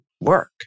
work